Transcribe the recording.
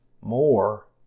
more